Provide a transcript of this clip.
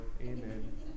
Amen